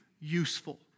useful